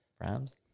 Rams